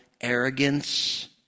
arrogance